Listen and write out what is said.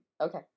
Okay